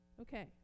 Okay